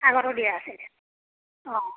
আগতেও দিয়া আছিলে অঁ